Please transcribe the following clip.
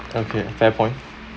okay fair point